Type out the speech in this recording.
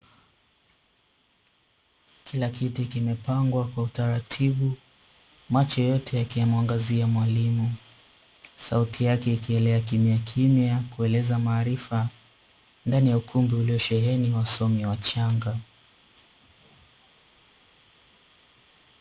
Kila kiti kimepangwa kwa utaratibu, macho yote yakimuangazia mwalimu. sauti yake ikielea kimyakimya kuelezea maarifa ndani ya ukumbi uliosheheni wasomi wachanga